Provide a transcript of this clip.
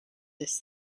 this